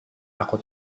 aku